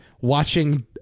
watching